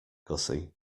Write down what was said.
gussie